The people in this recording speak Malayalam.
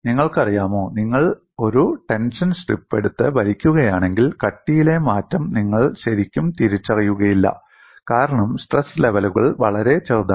നിങ്ങൾക്കറിയാമോ നിങ്ങൾ ഒരു ടെൻഷൻ സ്ട്രിപ്പ് എടുത്ത് വലിക്കുകയാണെങ്കിൽ കട്ടിയിലെ മാറ്റം നിങ്ങൾ ശരിക്കും തിരിച്ചറിയുകയില്ല കാരണം സ്ട്രെസ് ലെവലുകൾ വളരെ ചെറുതാണ്